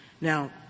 Now